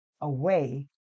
away